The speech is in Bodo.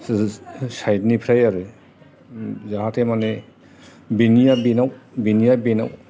साइद निफ्राय आरो जाहाते माने बिनिया बेनाव बिनिया बेनाव